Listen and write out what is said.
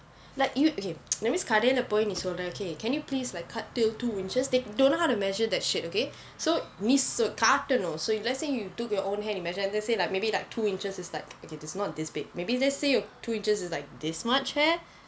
like you okay that means கடையிலே போய் நீ சொல்றே:kadaiyila poi ni solrae okay can you please like cut till two inches they don't know how to measure that shit okay so நீ சொல்லி காட்டணும்:ni solli kaattanum so let's say you took your own hand you measure and then say like maybe like two inches is like okay it's not this big maybe let's say your two inches is like this much hair